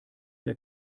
der